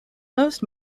most